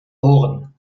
ohren